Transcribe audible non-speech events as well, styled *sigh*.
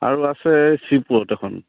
আৰু আছে *unintelligible* এখন